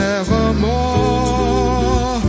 Nevermore